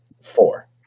Four